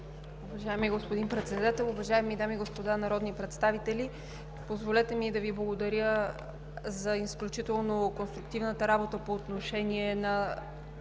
Уважаеми господин Председател, уважаеми дами и господа народни представители! Позволете ми да Ви благодаря за изключително конструктивната работа по отношение на